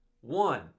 one